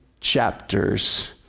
chapters